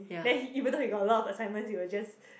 then he even though he got a lot assignments he will just